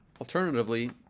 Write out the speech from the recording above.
Alternatively